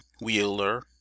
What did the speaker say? Wheeler